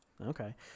Okay